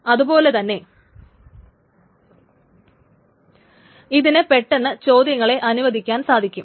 അതു പോലെ തന്നെ ഇതിന് പെട്ടെന്ന് ചോദ്യങ്ങളെ അനുവദിക്കുവാൻ സാധിക്കും